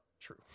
true